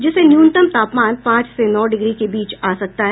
जिससे न्यूनतम तापमान पांच से नौ डिग्री के बीच आ सकता है